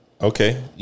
okay